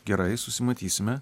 gerai susimatysime